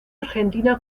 argentina